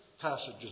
passages